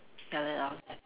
like that lor